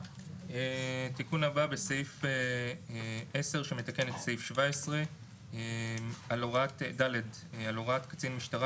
התיקון הבא בסעיף 10 שמתקן את סעיף 17. על הוראת קצין משטרה